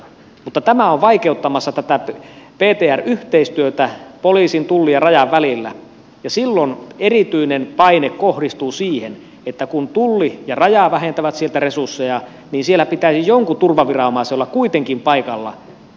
mutta tämä on vaikeuttamassa tätä ptr yhteistyötä poliisin tullin ja rajan välillä ja silloin erityinen paine kohdistuu siihen että kun tulli ja raja vähentävät sieltä resursseja niin siellä pitää jonkun turvaviranomaisen olla kuitenkin paikalla